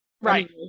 Right